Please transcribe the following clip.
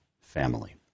family